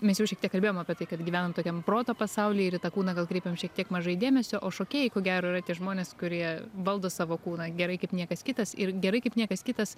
mes jau šiek tiek kalbėjom apie tai kad gyvenam tokiam proto pasauly ir į tą kūną gal kreipiam šiek tiek mažai dėmesio o šokėjai ko gero yra tie žmonės kurie valdo savo kūną gerai kaip niekas kitas ir gerai kaip niekas kitas